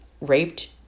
raped